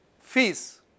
fees